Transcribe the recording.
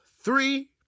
three